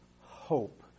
hope